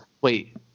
wait